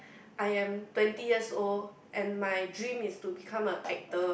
I am twenty years old and my dream is to become a actor